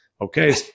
Okay